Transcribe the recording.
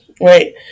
right